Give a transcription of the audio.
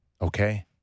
okay